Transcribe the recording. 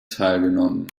teilgenommen